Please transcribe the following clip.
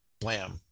blam